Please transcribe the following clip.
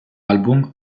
album